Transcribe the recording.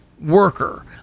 worker